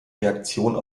reaktionen